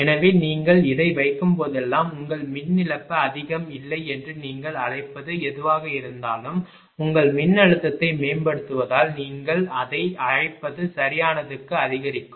எனவே நீங்கள் இதை வைக்கும்போதெல்லாம் உங்கள் மின் இழப்பு அதிகம் இல்லை என்று நீங்கள் அழைப்பது எதுவாக இருந்தாலும் உங்கள் மின்னழுத்தத்தை மேம்படுத்துவதால் நீங்கள் அதை அழைப்பது சரியானதுக்கு அதிகரிக்கும்